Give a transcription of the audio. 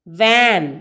van